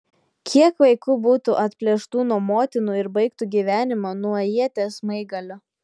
kiek vaikų būtų atplėštų nuo motinų ir baigtų gyvenimą nuo ieties smaigalio